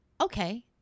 Okay